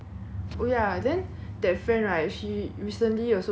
oh ya then that friend right she recently you also got